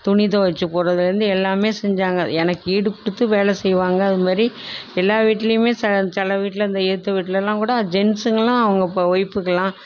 துணி துவைச்சிப் போடுகிறதிலருந்து எல்லாமே செஞ்சாங்க எனக்கு ஈடு கொடுத்து வேலை செய்வாங்க அதுமாதிரி எல்லா வீட்லேயுமே சில வீட்டில் இந்த எதிர்த்த வீட்லெல்லாம்கூட ஜென்ஸ்ங்கெல்லாம் அவங்க ஒய்ப்புக்கெல்லாம்